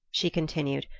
she continued,